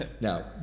Now